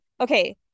Okay